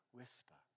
whisper